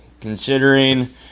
considering